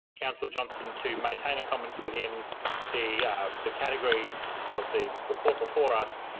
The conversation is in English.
councillor johnston to maintain her comments within the the category of the report before us.